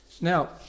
Now